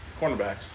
cornerbacks